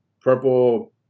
purple